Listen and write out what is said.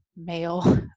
male